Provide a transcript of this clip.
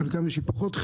חלקם פחות.